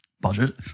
budget